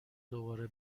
دوباره